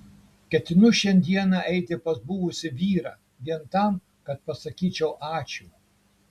ketinu šiandieną eiti pas buvusį vyrą vien tam kad pasakyčiau ačiū